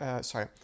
Sorry